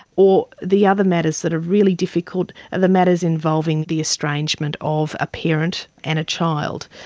or the other matters that are really difficult are the matters involving the estrangement of a parent and a child.